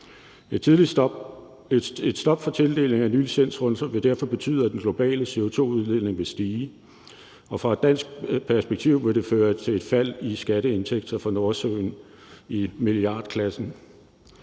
Et stop for tildelingen af nye licenser vil derfor betyde, at den globale CO2-udledning vil stige, og fra et dansk perspektiv vil det føre til et fald i skatteindtægter fra Nordsøen i milliardklassen.